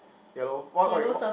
yellow what what you what